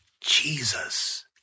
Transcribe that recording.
Jesus